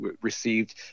received